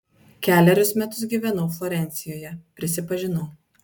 kelerius metus gyvenau florencijoje prisipažinau